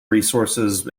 resources